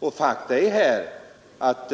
Och fakta är här att